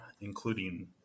including